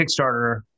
Kickstarter